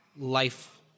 life